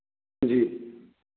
जी